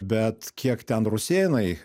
bet kiek ten rusėnai